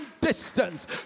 distance